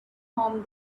home